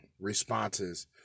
Responses